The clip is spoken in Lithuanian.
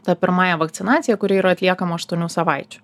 ta pirmąja vakcinacija kuri yra atliekama aštuonių savaičių